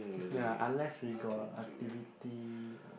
ya unless we got activity